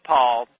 Paul